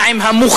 מה עם המוכנות